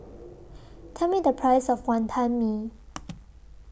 Tell Me The Price of Wonton Mee